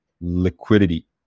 liquidity